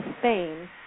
Spain